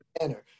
manner